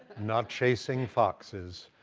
not chasing foxes,